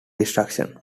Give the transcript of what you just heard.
destruction